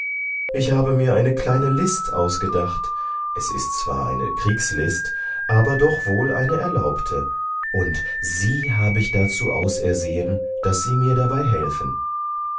ich habe mir eine kleine list ausgedacht es ist zwar eine kriegslist aber doch wohl eine erlaubte und sie habe ich dazu ausersehen daß sie mir dabei helfen